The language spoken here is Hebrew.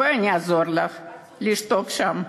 בואי אני אעזור לך לשתוק שם.